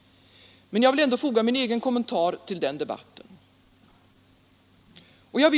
Men jag vill ändå foga min egen kommentar till den debatten.